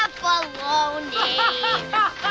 baloney